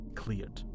cleared